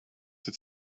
have